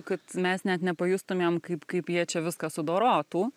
kad mes net nepajustumėm kaip kaip jie čia viską sudorotų